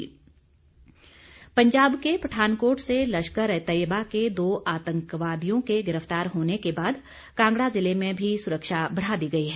सुरक्षा पंजाब के पठानकोट से लश्कर ए तैयबा के दो आतंकवादियों के गिरफ्तार होने के बाद कांगड़ा जिले में भी सुरक्षा बढ़ा दी गई है